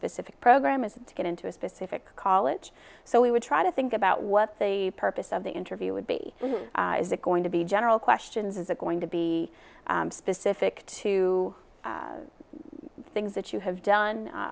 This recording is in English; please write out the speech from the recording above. specific program is to get into a specific college so we would try to think about what the purpose of the interview would be is it going to be general questions is that going to be specific to things that you have done